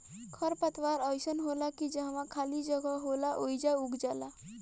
खर पतवार अइसन होला की जहवा खाली जगह होला ओइजा उग जाला